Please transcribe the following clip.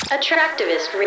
Attractivist